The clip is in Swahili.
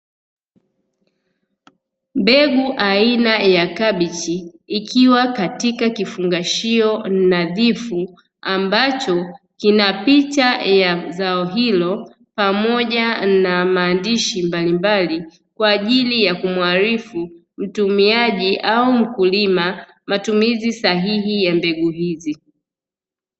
Mbegu aina ya kabichi, ikiwa katika kifungashio nadhifu ambacho kina picha ya zao hilo pamoja na maandishi mbalimbali, kwa ajili ya kumualifu mtumiaji au mkulima matumizi sahihi ya mbegu hizi.